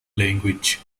language